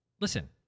listen